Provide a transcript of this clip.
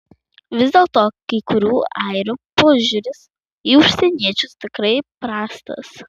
vis dėlto kai kurių airių požiūris į užsieniečius tikrai prastas